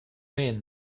mean